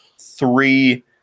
three